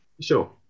sure